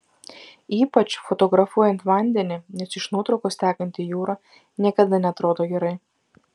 ypač fotografuojant vandenį nes iš nuotraukos tekanti jūra niekada neatrodo gerai